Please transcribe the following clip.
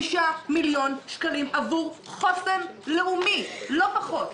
5 מיליון שקלים עבור חוסן לאומי, לא פחות.